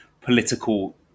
political